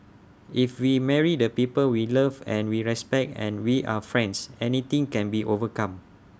if we marry the people we love and we respect and we are friends anything can be overcome